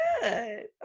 good